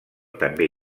també